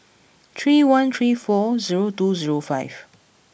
three one three four zero two zero five